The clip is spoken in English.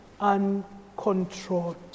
uncontrolled